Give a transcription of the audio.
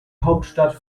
hauptstadt